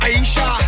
Aisha